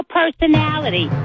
personality